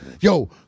Yo